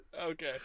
Okay